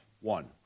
one